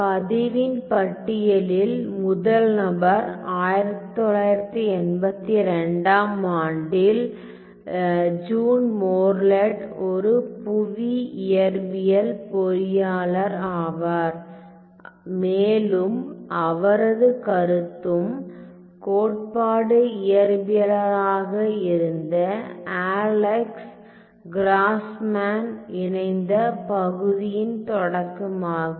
பதிவின் பட்டியலில் முதல் நபர் 1982 ஆம் ஆண்டில் ஜீன் மோர்லெட் ஒரு புவி இயற்பியல் பொறியியலாளர் ஆவார் மேலும் அவரது கருத்தும் கோட்பாடு இயற்பியலாளராக இருந்த அலெக்ஸ் கிராஸ்மேனுடன் இணைந்த பகுதியின் தொடக்கமாகும்